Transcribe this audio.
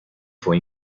fue